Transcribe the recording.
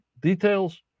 details